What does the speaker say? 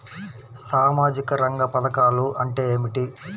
సామాజిక రంగ పధకాలు అంటే ఏమిటీ?